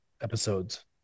episodes